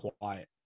quiet